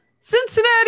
Cincinnati